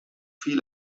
fiel